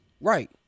Right